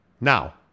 now